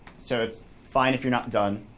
so it's fine if you're not done,